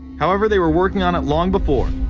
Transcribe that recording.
however, they were working on it long before.